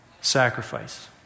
sacrifice